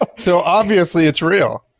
ah so obviously, it's real.